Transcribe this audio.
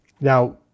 Now